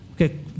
Okay